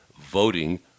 voting